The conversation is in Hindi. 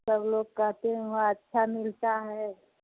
सब लोग कहते हैं वहाँ अच्छा मिलता है